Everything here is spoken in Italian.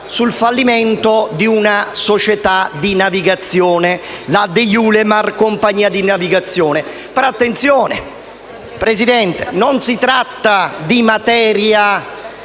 sul fallimento di una società in di navigazione, la Deiulemar compagnia di navigazione SpA. Attenzione, non si tratta di materia